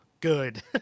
good